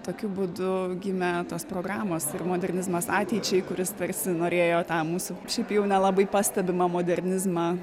tokiu būdu gimė tos programos ir modernizmas ateičiai kuris tarsi norėjo tą mūsų šiaip jau nelabai pastebimą modernizmą